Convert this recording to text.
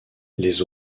les